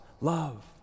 love